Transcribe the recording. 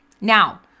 Now